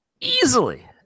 easily